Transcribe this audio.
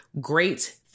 great